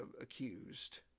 accused